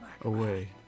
away